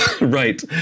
right